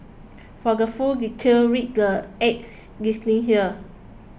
for the full details read the ad's listing here